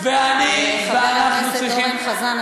חבר הכנסת אורן חזן,